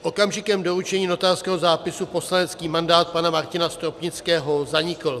Okamžikem doručení notářského zápisu poslanecký mandát pana Martina Stropnického zanikl.